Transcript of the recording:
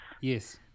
yes